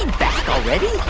ah back already?